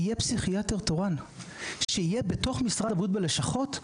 יהיה פסיכיאטר תורן שיהיה בתוך משרד הבריאות בלשכות,